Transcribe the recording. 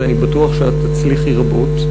אני בטוח שאת תצליחי רבות,